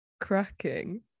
cracking